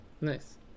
nice